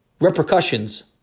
repercussions